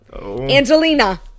angelina